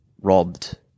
robbed